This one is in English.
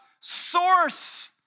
source